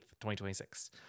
2026